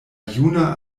juna